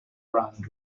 brand